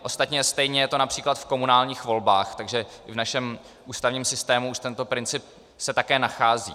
Ostatně stejně je to například v komunálních volbách, takže v našem ústavním systému už se tento princip také nachází.